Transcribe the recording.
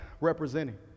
representing